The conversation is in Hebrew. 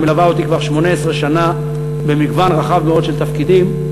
מלווה אותי כבר 18 שנה במגוון רחב מאוד של תפקידים.